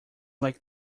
like